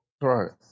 Right